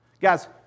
Guys